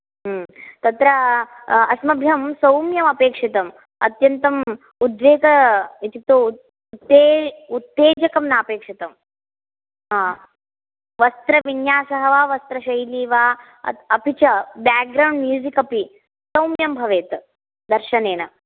तत्र अस्मभ्यं सौम्यं अपेक्षितम् अत्यन्तं उद्वेग इत्यक्तौ उत्ते उत्तेजकं नापेक्षितम् हा वस्रविन्यासः वा वस्रशैलि वा अपि च बेग्रौण्ड् म्यूझिक् अपि सौम्यं भवेत् दर्शनेन